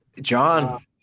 John